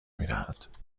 میدهد